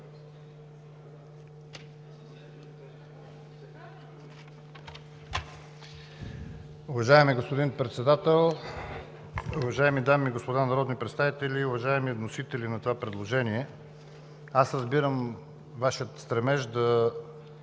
Уважаеми господин Председател, уважаеми дами и господа народни представители, уважаеми вносители на това предложение! Аз разбирам Вашия стремеж да